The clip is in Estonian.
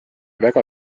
väga